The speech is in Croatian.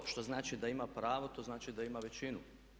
To što znači da ima pravo, to znači da ima većinu.